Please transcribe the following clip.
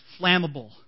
flammable